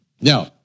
Now